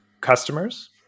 customers